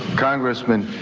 congressman,